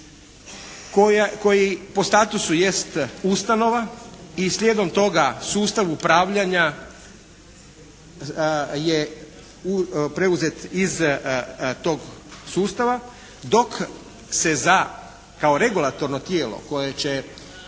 koji po statusu jest ustanova i slijedom toga sustav upravljanja je preuzet iz tog sustava dok se za kao regulatorno tijelo koje će